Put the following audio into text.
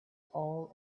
all